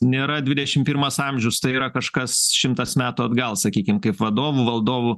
nėra dvidešim pirmas amžius tai yra kažkas šimtas metų atgal sakykim kaip vadovų valdovų